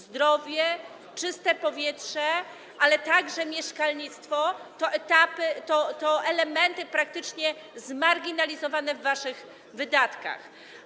Zdrowie, czyste powietrze, ale także mieszkalnictwo to elementy praktycznie zmarginalizowane w waszych wydatkach.